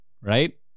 Right